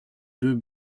deux